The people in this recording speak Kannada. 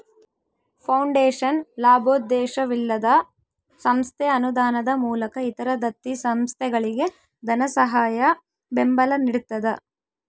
ಫೌಂಡೇಶನ್ ಲಾಭೋದ್ದೇಶವಿಲ್ಲದ ಸಂಸ್ಥೆ ಅನುದಾನದ ಮೂಲಕ ಇತರ ದತ್ತಿ ಸಂಸ್ಥೆಗಳಿಗೆ ಧನಸಹಾಯ ಬೆಂಬಲ ನಿಡ್ತದ